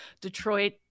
Detroit